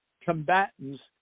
combatants